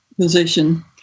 position